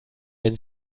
wenn